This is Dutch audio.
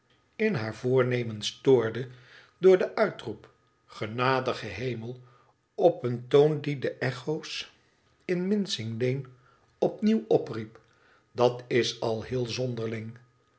in haar voornemen stoorde door den uitroep genadige hemel op een toon die de echo's in mincing lane opnieuw opriep dat is al heel zonderling